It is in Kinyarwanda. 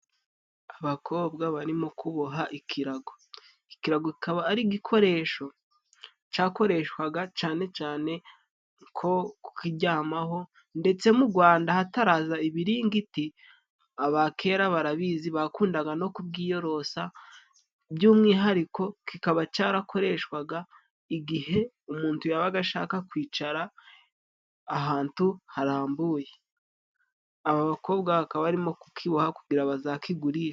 Abakobwa barimo kuboha ikirago. Ikirago akaba ari igikoresho cakoreshwaga cane cane, nko kukijyamaho, ndetse mu Rwanda hataraza ibiringiti, abakera barabizi, bakundaga no kukiyorosa by'umwihariko; kikaba cyarakoreshwaga igihe umuntu yabaga ashaka kwicara ahantu harambuye. Aba bakobwa bakaba barimo kukibaha, kugira ngo bazakigurishe.